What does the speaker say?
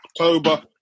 October